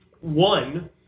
One